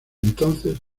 entonces